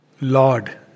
Lord